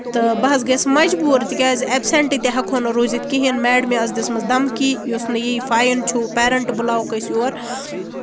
تہٕ بہٕ حظ گٔیَس مَجبوٗر تِکیازِ ایبسینٹ تہِ ہٮ۪کہوو نہٕ روٗزِتھ کِہینۍ میڈمہِ ٲس دِژمٔژ دَمکی یُس نہٕ یہِ فاین چھُو پیرینٹہٕ بُلاوہوکھ أسۍ یور تہٕ